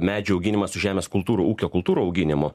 medžių auginimas su žemės kultūrų ūkio kultūrų auginimu